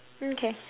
okay